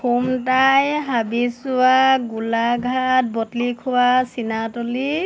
Khumtai Habichowa Golaghat Botlikhowa Chinatoli